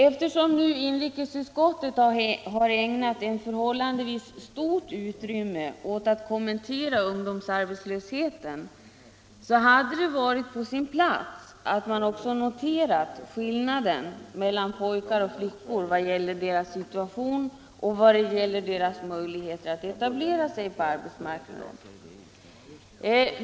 Eftersom inrikesutskottet har ägnat ett förhållandevis stort ut rymme åt att kommentera ungdomsarbetslösheten, hade det varit på sin plats att man också noterat skillnaden mellan pojkar och flickor vad gäller deras situation och möjligheter att etablera sig på arbetsmarknaden.